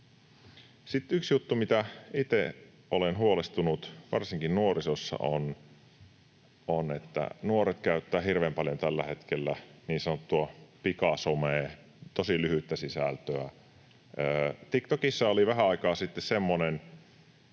yksi juttu, mistä itse olen huolestunut, on, että nuoret käyttävät hirveän paljon tällä hetkellä niin sanottua pikasomea, tosi lyhyttä sisältöä. TikTokissa oli vähän aikaa sitten semmoinen,